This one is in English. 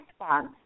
response